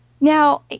now